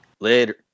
Later